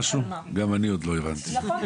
הביטוח הלאומי מעביר לנו מידע על גמלת ילד נכה,